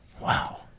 Wow